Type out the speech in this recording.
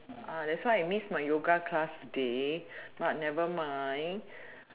that's why I miss my yoga class today but never mind